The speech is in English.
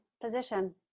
position